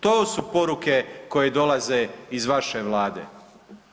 To su poruke koje dolaze iz vaše Vlade.